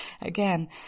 again